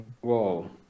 Whoa